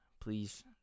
please